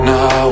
Now